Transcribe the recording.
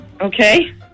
Okay